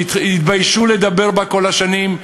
שהתביישו לדבר בה כל השנים,